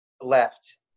left